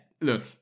look